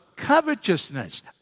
covetousness